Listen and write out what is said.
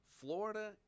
Florida